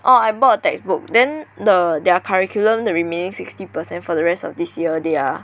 orh I bought a textbook then the their curriculum the remaining sixty percent for the rest of this year they are